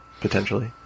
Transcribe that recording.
potentially